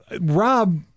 Rob